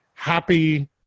happy